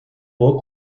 boa